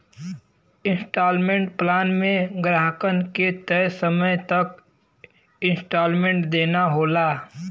instalment plan में ग्राहकन के तय समय तक इन्सटॉलमेंट देना होला